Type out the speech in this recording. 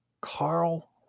Carl